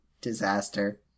disaster